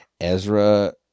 Ezra